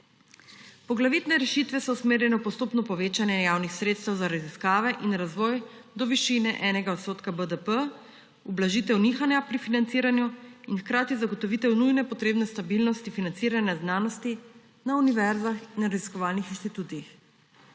Poglavitne rešitve so usmerjene v postopno povečanje javnih sredstev za raziskave in razvoj do višine enega odstotka BDP, ublažitev nihanja pri financiranju in hkrati zagotovitev nujne potrebne stabilnosti financiranja znanosti na univerzah in raziskovalnih inštitutih.